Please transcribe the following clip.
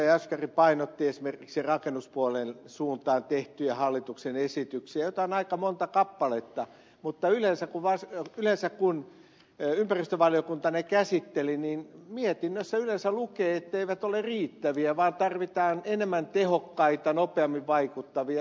jaskari painotti esimerkiksi rakennuspuolen suuntaan tehtyjä hallituksen esityksiä joita on aika monta kappaletta mutta kun ympäristövaliokunta ne käsitteli mietinnössä yleensä luki etteivät ne ole riittäviä vaan tarvitaan enemmän tehokkaita nopeammin vaikuttavia